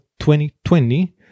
2020